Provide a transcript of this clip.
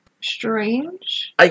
strange